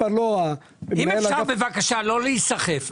אם אפשר בבקשה לא להיסחף.